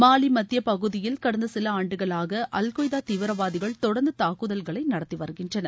மாலி மத்திய பகுதியில் கடந்த சில ஆண்டுகளாக அல்கொய்தா தீவிரவாதிகள் தொடர்ந்து தாக்குதல்களை நடத்தி வருகின்றனர்